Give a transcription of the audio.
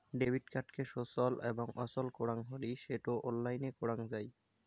debit কার্ডকে সচল এবং অচল করাং হলি সেটো অনলাইনে করাং যাই